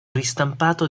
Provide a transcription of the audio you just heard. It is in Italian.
ristampato